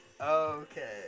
Okay